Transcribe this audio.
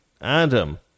Adam